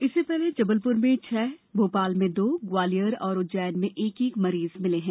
इससे पहले जबलपुर में छह भोपाल में दो ग्वालियर और उज्जैन में एक एक मरीज मिले हैं